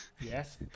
Yes